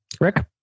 Rick